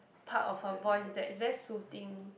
part of her voice that is very soothing